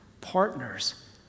partners